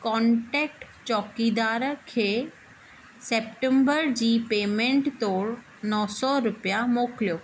contact चौकीदार खे September जी पेमेंट तौरु नौ सौ रुपिया मोकिलियो